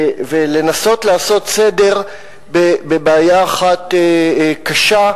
ולנסות לעשות סדר בבעיה אחת קשה,